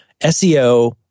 SEO